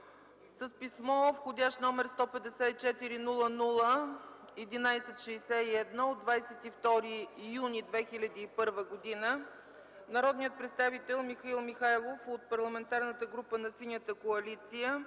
С писмо, вх. № 154-00-11-61, от 22 юни 2011 г. народният представител Михаил Михайлов от Парламентарната група на Синята коалиция